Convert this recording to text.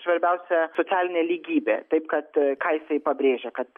svarbiausia socialinė lygybė taip kad ką jisai pabrėžia kad